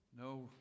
No